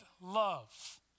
love